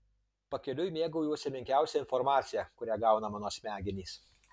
pakeliui mėgaujuosi menkiausia informacija kurią gauna mano smegenys